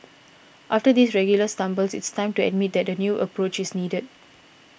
after these regular stumbles it's time to admit that a new approach is needed